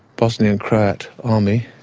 bosnian croat army